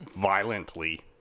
violently